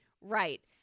Right